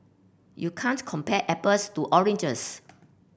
you can't compare apples to oranges